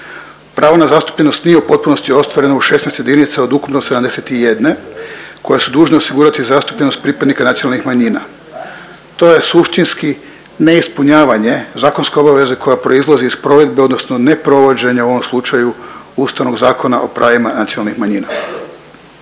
Pravo na zastupljenost nije u potpunosti ostvarena u 16 jedinica od ukupno 71 koje su dužne osigurati zastupljenost pripadnika nacionalnih manjina. To je suštinski neispunjavanje zakonske obaveze koja proizlazi iz provedbe odnosno ne provođenja u ovom slučaju Ustavnog zakona o pravima nacionalnih manjina.